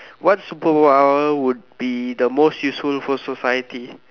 what superpower will be the most useful for society